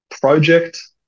project